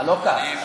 הלוא כך,